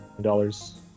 dollars